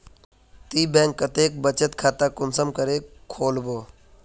ती बैंक कतेक बचत खाता कुंसम करे खोलबो?